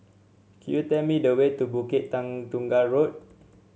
could you tell me the way to Bukit Tunggal Road